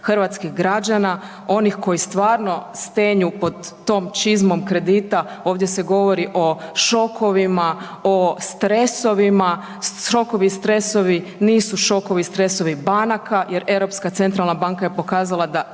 hrvatskih građana, onih koji stvarno stenju pod tom čizmom kredita. Ovdje se govori o šokovima, o stresovima, šokovi i stresovi nisu šokovi i stresovi banaka jer Europska